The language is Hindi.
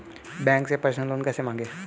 बैंक से पर्सनल लोन कैसे मांगें?